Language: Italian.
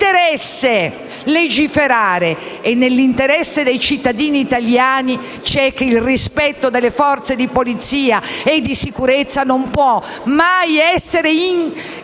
interesse, e nell'interesse dei cittadini italiani il rispetto delle forze di polizia e di sicurezza non può mai essere messo